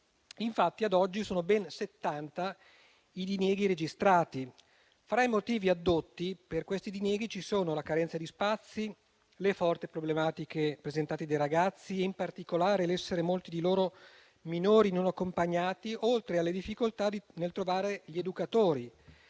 Infatti, ad oggi, sono ben settanta i dinieghi registrati. Fra i motivi addotti per tali dinieghi ci sono la carenza di spazi, le forti problematiche presentate dai ragazzi e in particolare l'essere molti di loro minori non accompagnati, oltre alle difficoltà nel trovare gli educatori,